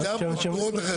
עמידר זה פתרון אחר.